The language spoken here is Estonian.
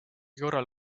korral